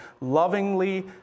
lovingly